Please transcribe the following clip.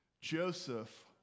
Joseph